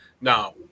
Now